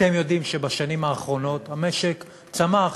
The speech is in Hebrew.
אתם יודעים שבשנים האחרונות המשק צמח,